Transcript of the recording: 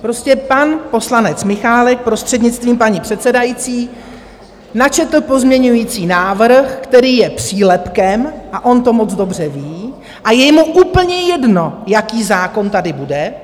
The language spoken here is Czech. Prostě pan poslanec Michálek, prostřednictvím paní předsedající, načetl pozměňovací návrh, který je přílepkem, a on to moc dobře ví, a je mu úplně jedno, jaký zákon tady bude.